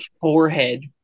Forehead